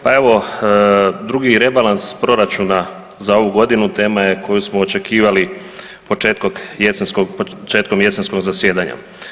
Pa evo, drugi rebalans proračuna za ovu godinu tema je koju smo očekivali početkom jesenskog zasjedanja.